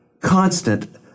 constant